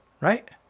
right